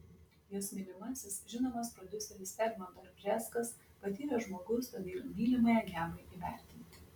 jos mylimasis žinomas prodiuseris egmontas bžeskas patyręs žmogus todėl mylimąją geba įvertinti